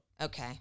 Okay